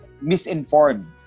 misinformed